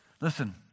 Listen